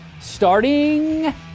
starting